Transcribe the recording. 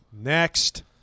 Next